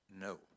no